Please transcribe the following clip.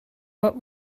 what